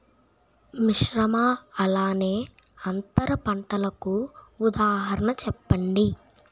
మిశ్రమ అలానే అంతర పంటలకు ఉదాహరణ చెప్పండి?